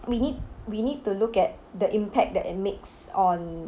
we need we need to look at the impact that it makes on